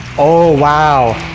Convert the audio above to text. oh, wow.